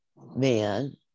man